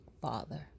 Father